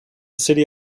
city